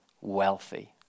wealthy